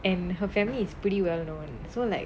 and her family is pretty well known so like